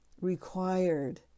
required